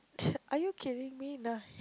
are you kidding me nah